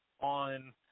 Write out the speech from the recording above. on